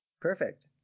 perfect